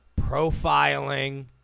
profiling